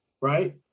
right